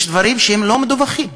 יש דברים שהם לא מדווחים,